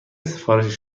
سفارش